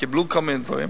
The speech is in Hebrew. קיבלו כל מיני דברים,